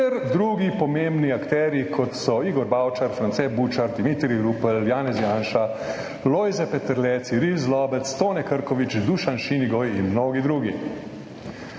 drugi pomembni akterji, kot so Igor Bavčar, France Bučar, Dimitrij Rupel, Janez Janša, Lojze Peterle, Ciril Zlobec, Tone Krkovič, Dušan Šinigoj in mnogi drugi.